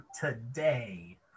today